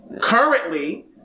currently